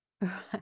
Right